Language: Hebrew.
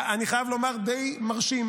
אני חייב לומר, די מרשים.